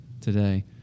today